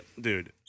dude